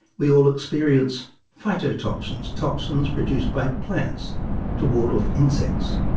we all experience phytotoxins toxins produced by plants to ward off insects.